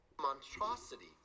Monstrosity